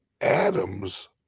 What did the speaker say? atoms